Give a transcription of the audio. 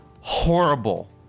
horrible